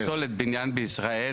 פסולת בניין בישראל.